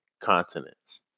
continents